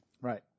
Right